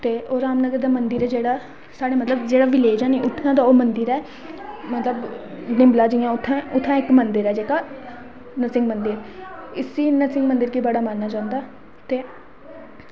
ते ओह् रामनगर दा मंदर ऐ जेह्ड़ा साढ़ा मतलब जेह्ड़ा विलेज़ ऐ नी मतलब उत्थें दा मंदर ऐ ते मतलब उत्थें इक्क मंदर ऐ जेह्का नरसिंह मंदर इसी नरसिंह मंदिर गी बड़ा मन्नेआ जंदा